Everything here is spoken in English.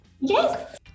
Yes